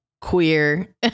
queer